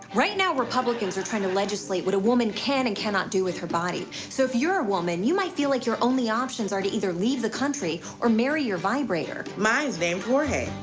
right now, republicans are trying to legislate what a woman can and cannot do with her body. so if you're a woman, you might feel like your only options options are to either leave the country or marry your vibrator. mine's named jorge.